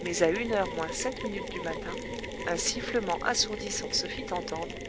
mais à une heure moins sept minutes du matin un sifflement assourdissant se fit entendre